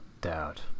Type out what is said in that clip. doubt